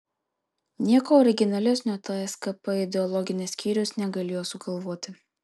nieko originalesnio tskp ideologinis skyrius negalėjo sugalvoti